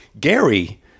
Gary